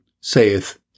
saith